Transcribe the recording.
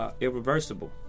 irreversible